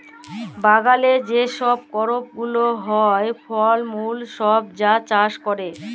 বাগালে যে ছব করপ গুলা হ্যয়, ফল মূল ছব যা চাষ ক্যরে